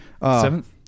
Seventh